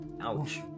Ouch